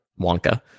Wonka